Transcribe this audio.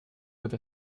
with